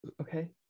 Okay